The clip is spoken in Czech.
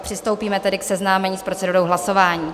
Přistoupíme tedy k seznámení s procedurou hlasování.